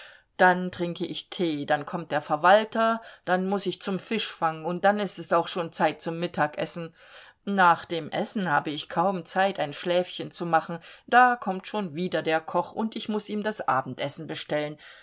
dann trinke ich tee dann kommt der verwalter dann muß ich zum fischfang und dann ist es auch schon zeit zum mittagessen nach dem essen habe ich kaum zeit ein schläfchen zu machen da kommt schon wieder der koch und ich muß ihm das abendessen bestellen